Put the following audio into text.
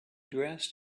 dressed